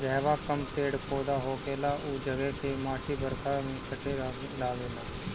जहवा कम पेड़ पौधा होखेला उ जगह के माटी बरखा में कटे लागेला